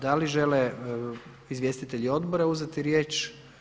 Da li žele izvjestitelji odbora uzeti riječ?